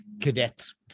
cadets